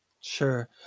Sure